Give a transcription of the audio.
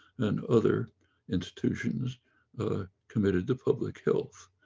and other institutions committed to public health.